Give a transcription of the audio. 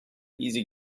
easy